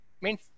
main